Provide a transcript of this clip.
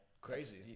crazy